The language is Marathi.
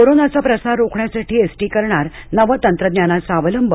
कोरोनाचा प्रसार रोखण्यासाठी एस टी करणार नवतंत्रज्ञानाचा अवलंब